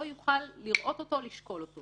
לא יוכל לראות אותו או לשקול אותו.